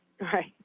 right